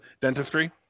dentistry